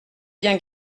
bien